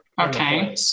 Okay